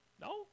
No